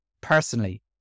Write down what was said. personally